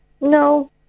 No